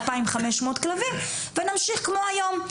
יאומצו 2,500 כלבים ונמשיך כמו היום.